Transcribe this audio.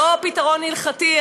לא פתרון הלכתי,